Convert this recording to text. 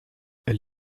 elle